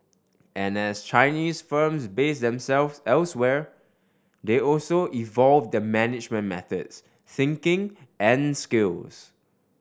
and as Chinese firms base themselves elsewhere they also evolve their management methods thinking and skills